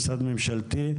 משרד ממשלתי,